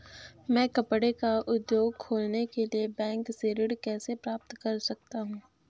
मैं कपड़े का उद्योग खोलने के लिए बैंक से ऋण कैसे प्राप्त कर सकता हूँ?